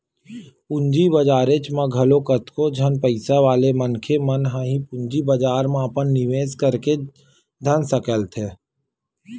पूंजी बजारेच म घलो कतको झन पइसा वाले मनखे मन ह पूंजी बजार म अपन निवेस करके धन सकेलथे